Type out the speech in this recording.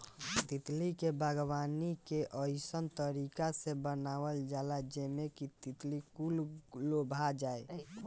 तितली के बागवानी के अइसन तरीका से बनावल जाला जेमें कि तितली कुल लोभा जाये